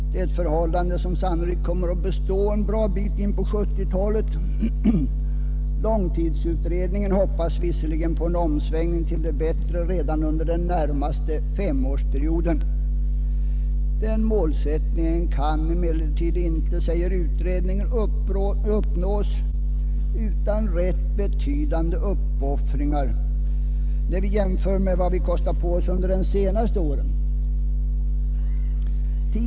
Det är ett förhållande som sannolikt kommer att bestå en bra bit in på 1970-talet, trots att långtidsutredningen hoppas på en omsvängning till det bättre redan under den närmaste femårsperioden. Denna målsättning kan emellertid inte, säger utredningen, uppnås utan rätt betydande uppoffringar, när vi jämför med vad vi kostat på oss under de senaste åren.